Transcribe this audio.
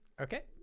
Okay